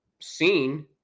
seen